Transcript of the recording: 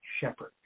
shepherd